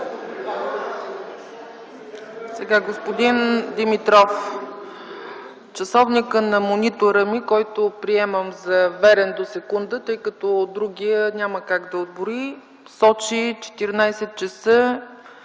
Господин Димитров, часовникът на монитора ми, който приемам за верен до секунда, тъй като другият няма как да отброи, сочи 14 ч.